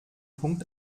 punkt